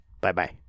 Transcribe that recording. Bye-bye